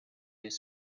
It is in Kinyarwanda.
rayon